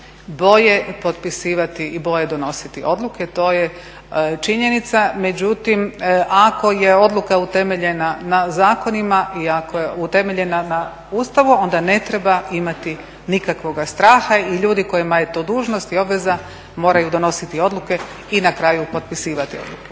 boje potpisivati i boje donositi odluke. To je činjenica. Međutim, ako je odluka utemeljena na zakonima i ako je utemeljena na Ustavu onda ne treba imati nikakvoga straha i ljudi kojima je to dužnost i obveza moraju donositi odluke i na kraju potpisivati odluke.